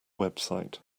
website